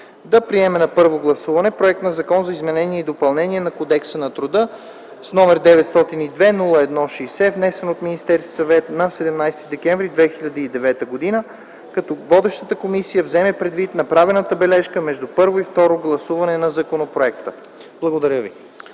да приеме на първо гласуване Законопроект за изменение и допълнение на Кодекса на труда, № 902-01-60, внесен от Министерския съвет на 17 декември 2009 г., като водещата комисия вземе предвид направената бележка между първо и второ гласуване на законопроекта.” Благодаря ви.